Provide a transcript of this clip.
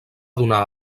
donar